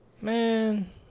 Man